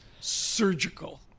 surgical